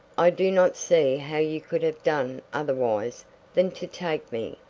i do not see how you could have done otherwise than to take me.